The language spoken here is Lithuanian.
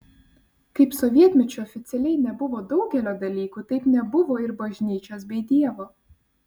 kaip sovietmečiu oficialiai nebuvo daugelio dalykų taip nebuvo ir bažnyčios bei dievo